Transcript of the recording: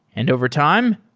and overtime,